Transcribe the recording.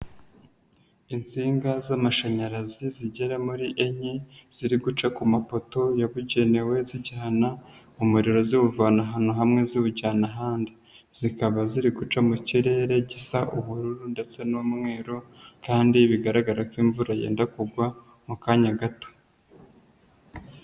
Insinga z'amashanyarazi zigera muri enye, ziri guca ku mapoto yabugenewe zijyana umuro ziwuvana ahantu hamwe ziwujyana ahandi. Zikaba ziri guca mu kirere gisa ubururu ndetse n'umweru kandi bigaragara ko imvura yenda kugwa mu kanya gato.